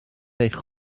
eich